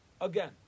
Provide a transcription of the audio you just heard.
Again